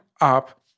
up